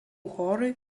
chorui